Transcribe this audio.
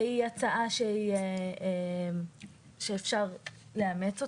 היא הצעה שאפשר לאמץ אותה.